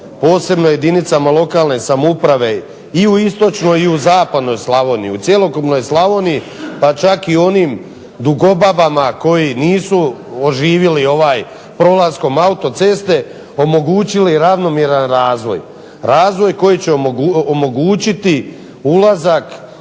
posebno jedinicama lokalne samouprave, i u istočnoj i zapadnoj Slavoniji, u cjelokupnoj Slavoniji pa čak i ovim dugobabama koji nisu oživjeli ovaj prolaskom autoceste, omogućili ravnomjeran razvoj, razvoj koji će omogućiti ulazak